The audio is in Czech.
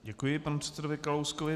Děkuji panu předsedovi Kalouskovi.